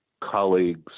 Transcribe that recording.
colleagues